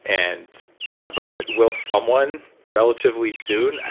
and ah but but will someone relatively soon?